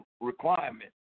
Requirement